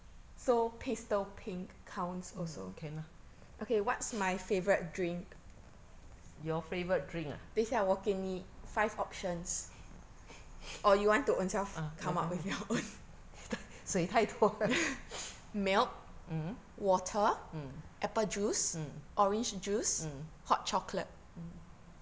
mm can lah your favourite drink ah ah 水太多了 mmhmm mm mm mm mm